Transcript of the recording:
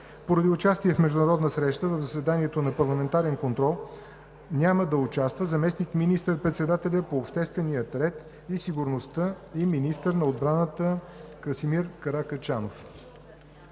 Поради участие в международна среща в заседанието за парламентарен контрол няма да участва заместник министър-председателят по обществения ред и сигурността и министър на отбраната Красимир Каракачанов.